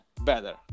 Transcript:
better